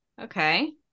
okay